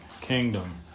kingdom